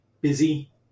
busy